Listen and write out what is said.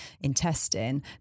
intestine